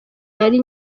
yari